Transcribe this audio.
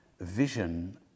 vision